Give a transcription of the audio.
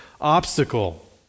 obstacle